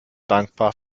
dankbar